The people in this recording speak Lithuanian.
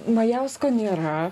majausko nėra